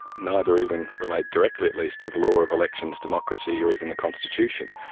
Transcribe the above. neither even relate directly at least to the law of elections, democracy or even the constitution.